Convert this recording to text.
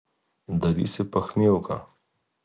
darysi pachmielką